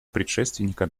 предшественника